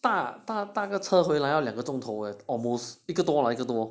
搭搭搭个车回来要两个钟头 leh almost 一个多了一个多